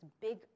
big